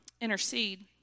intercede